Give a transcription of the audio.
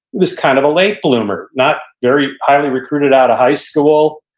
was kind of a late bloomer. not very highly recruited out of high school,